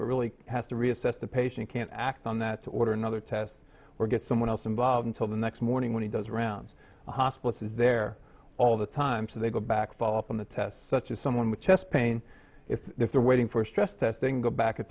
but really has to reassess the patient can't act on that order another test or get someone else involved until the next morning when he does around the hospice is there all the time so they go back follow up on the tests such as someone with chest pain if they're waiting for a stress test then go back at